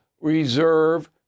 reserve